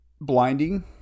Blinding